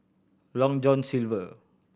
Long John Silver